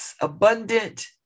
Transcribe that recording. abundant